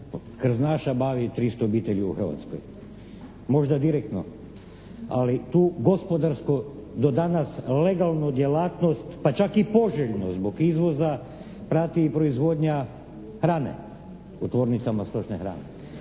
krznaša bavi 300 obitelji u Hrvatskoj, možda direktno. Ali tu gospodarsko do danas legalnu djelatnost pa čak i poželjno zbog izvoza prati i proizvodnja prane u tvornicama stočne hrane.